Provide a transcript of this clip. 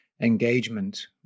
engagement